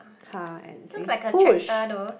car and says push